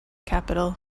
capital